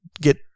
get